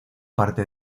parte